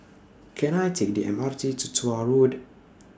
Can I Take The M R T to Tuah Road